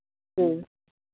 जी